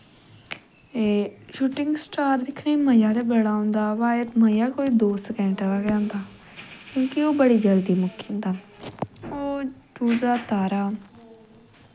एह् shooting star दिक्खने गी मज़ा ते बड़ा औंदा ऐ व एह् मज़ा कोई दो स्कैंट दा गै होंदा क्योंकि ओह् बड़ा जल्दी मुक्की जंदा और टूट जा तारा